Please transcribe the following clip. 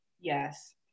Yes